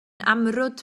amrwd